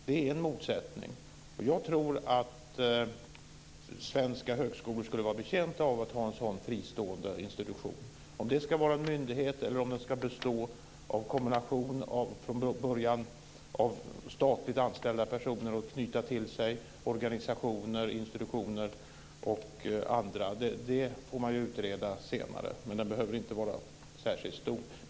Däri finns en motsättning, och jag tror att svenska högskolor skulle vara betjänta av att ha en sådan här fristående institution. Om det ska vara en myndighet eller om den ska bestå av en kombination av från början statligt anställda personer och knyta till sig organisationer, institutioner och andra får man utreda senare, men den behöver inte vara särskilt stor.